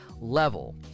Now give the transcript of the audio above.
level